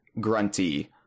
grunty